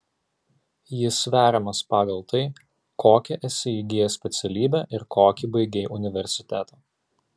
jis sveriamas pagal tai kokią esi įgijęs specialybę ir kokį baigei universitetą